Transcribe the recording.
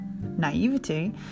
naivety